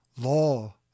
Law